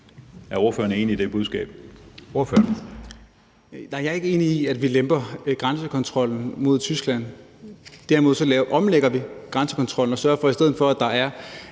Bjørn Brandenborg (S): Nej, jeg er ikke enig i, at vi lemper grænsekontrollen mod Tyskland. Derimod omlægger vi grænsekontrollen og sørger i stedet for, at der er